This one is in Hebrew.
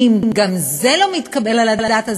אם גם זה לא מתקבל על הדעת,